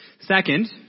Second